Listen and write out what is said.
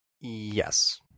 Yes